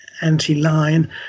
anti-line